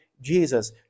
Jesus